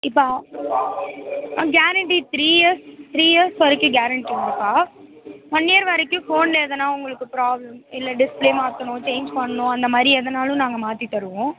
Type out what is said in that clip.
இப்போ ஆ ஆ guarantee three years three years வரைக்கும் கேரண்ட்டி உண்டுப்பா ஒன் இயர் வரைக்கும் ஃபோனில் எதுனா உங்களுக்கு ப்ராப்ளம் இல்லை டிஸ்ப்ளே மாற்றணும் சேஞ்ச் பண்ணணும் அந்த மாதிரி எதுனாலும் நாங்கள் மாற்றி தருவோம்